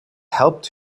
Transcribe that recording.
helped